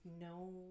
no